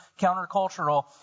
countercultural